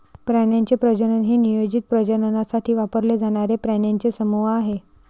प्राण्यांचे प्रजनन हे नियोजित प्रजननासाठी वापरले जाणारे प्राण्यांचे समूह आहे